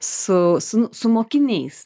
su su su mokiniais